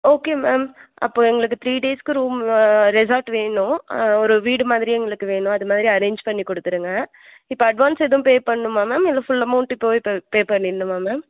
okay ma'am அப்போ எங்களுக்கு three டேஸுக்கு ரூம் ரெசார்ட் வேணும் ஒரு வீடு மாதிரி எங்களுக்கு வேணும் அது மாதிரி அரேஞ்ச் பண்ணிக் கொடுத்துருங்க இப்போ அட்வான்ஸ் எதுவும் பே பண்ணணுமா மேம் இல்லை ஃபுல் அமௌண்ட் இப்போவே பே பே பண்ணிடணுமா மேம்